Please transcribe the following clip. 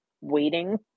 waiting